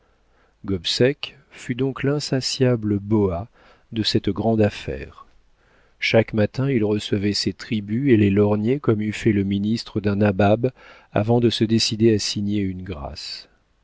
gobseck fut donc l'insatiable boa de cette grande affaire chaque matin il recevait ses tributs et les lorgnait comme eût fait le ministre d'un nabab avant de se décider à signer une grâce